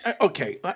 okay